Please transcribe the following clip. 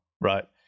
right